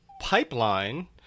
Pipeline